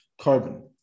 Carbon